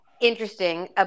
Interesting